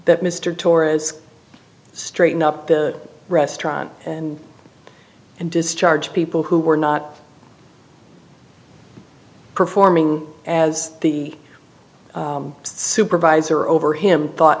that mr torres strait up the restaurant and and discharge people who were not performing as the supervisor over him thought